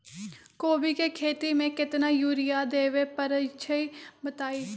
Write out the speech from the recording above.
कोबी के खेती मे केतना यूरिया देबे परईछी बताई?